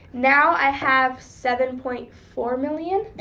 now i have seven point four million.